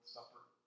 supper